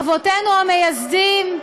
אבותינו המייסדים,